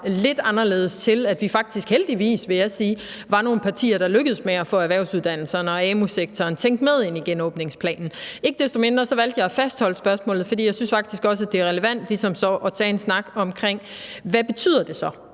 lidt anderledes, i forhold til at vi faktisk, heldigvis, vil jeg sige, var nogle partier, der lykkedes med at få erhvervsuddannelserne og amu-sektoren tænkt med ind i genåbningsplanen. Ikke desto mindre valgte jeg at fastholde spørgsmålet, fordi jeg faktisk synes, det er relevant at tage en snak om, hvad det så